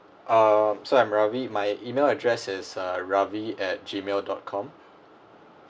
um so I'm Ravi my email address is uh Ravi at gmail dot com